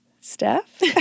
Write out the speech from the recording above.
Steph